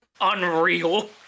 Unreal